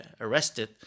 arrested